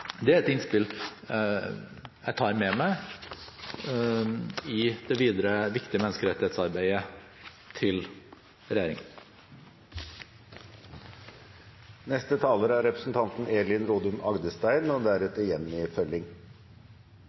dette er et innspill jeg tar med meg i det videre viktige menneskerettighetsarbeidet til regjeringen. Menneskerettighetene er universelle og